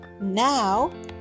Now